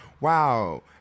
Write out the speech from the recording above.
wow